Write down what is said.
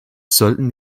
sollten